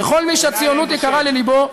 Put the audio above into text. לכל מי שהציונות יקרה ללבו,